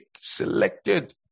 selected